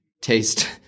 taste